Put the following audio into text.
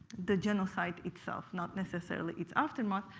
the genocide itself, not necessarily its aftermath.